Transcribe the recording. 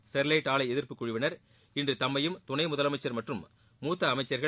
Sterlite ஆலை எதிர்ப்பு குழுவிள் இன்று தம்மையும் துணை முதலமைச்ச் மற்றும் மூத்த அமைச்சிகள்